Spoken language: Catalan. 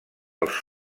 els